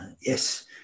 Yes